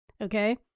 Okay